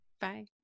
Bye